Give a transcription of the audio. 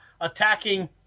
attacking